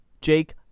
Jake